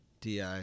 DI